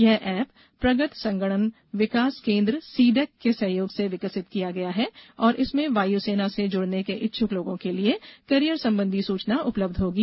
यह ऐप प्रगत संगणन विकास केंद्र सीडैक के सहयोग से विकसित किया गया है और इसमें वायु सेना से जुडने के इच्छक लोगों के लिए करिअर संबंधी सुचना उपलब्ध होगी